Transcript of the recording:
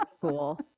cool